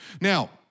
Now